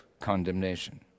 condemnation